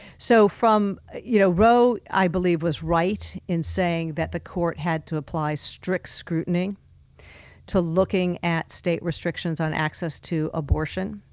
so from. you know, roe i believe was right in saying that the court had to apply strict scrutiny to looking at state restrictions on access to abortion.